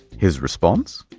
his response?